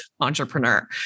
entrepreneur